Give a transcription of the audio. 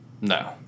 No